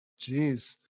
jeez